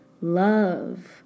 love